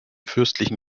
fürstlichen